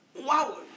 wow